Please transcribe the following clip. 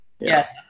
yes